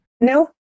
No